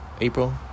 april